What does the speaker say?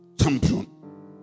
champion